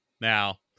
now